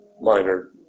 minor